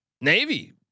Navy